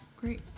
Great